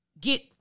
get